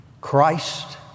Christ